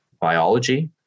biology